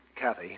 Kathy